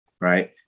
right